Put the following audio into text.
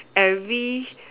every